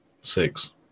six